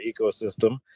ecosystem—